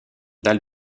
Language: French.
dalle